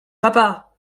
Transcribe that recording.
papa